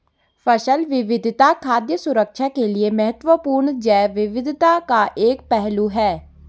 फसल विविधता खाद्य सुरक्षा के लिए महत्वपूर्ण जैव विविधता का एक पहलू है